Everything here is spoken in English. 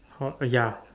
hot ya